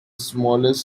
smallest